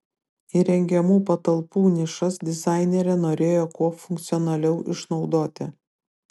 įrengiamų patalpų nišas dizainerė norėjo kuo funkcionaliau išnaudoti